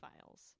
Files